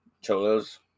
Cholos